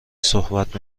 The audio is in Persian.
صحبت